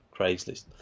craigslist